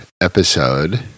episode